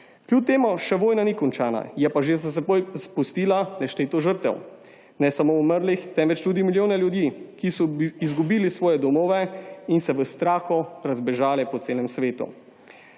Kljub temu da vojna še ni končana, je že za seboj zapustila nešteto žrtev, ne samo umrlih, temveč tudi milijone ljudi, ki so izgubili svoje domove in se v strahu razbežali po celem svetu.